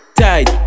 tight